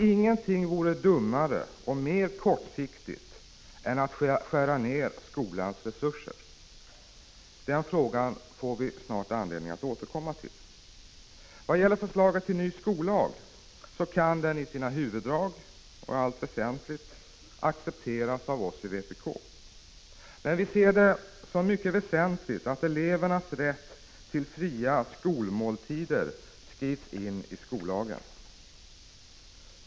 Ingenting vore dummare och mer kortsiktigt än att skära ner skolans resurser. Den frågan får vi snart anledning att återkomma till. Förslaget till ny skollag kan i sina huvuddrag accepteras av oss i vpk, men vi ser det som mycket väsentligt att elevernas rätt till fria skolmåltider skrivs in i skollagen.